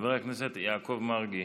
חבר הכנסת יעקב מרגי,